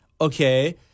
okay –